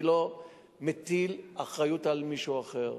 אני לא מטיל אחריות על מישהו אחר.